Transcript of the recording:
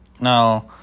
Now